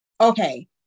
Okay